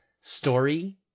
story